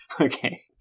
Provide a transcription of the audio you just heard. Okay